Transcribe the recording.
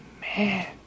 man